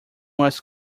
was